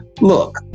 look